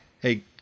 hey